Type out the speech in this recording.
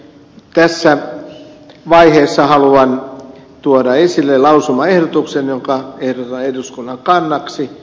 tässä vaiheessa haluan tuoda esille lausumaehdotuksen jonka ehdotan eduskunnan kannaksi